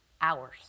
hours